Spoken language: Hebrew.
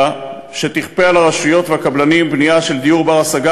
שתכפה על הרשויות והקבלנים בנייה של דיור בר-השגה